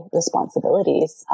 responsibilities